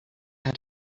had